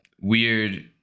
weird